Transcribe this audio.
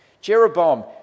Jeroboam